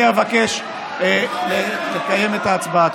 אני אבקש לקיים את ההצבעה.